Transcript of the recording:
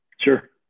Sure